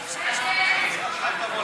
ההסתייגות (12) של קבוצת סיעת המחנה